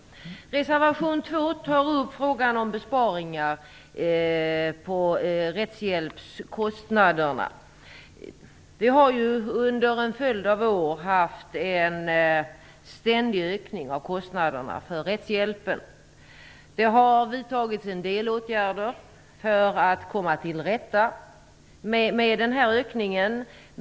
Reservation 2 tar upp frågan om besparingar på rättshjälpskostnaderna. Vi har under en följd av år haft en ständig ökning av kostnaderna för rättshjälpen. Det har vidtagits en del åtgärder för att komma till rätta med den här ökningen.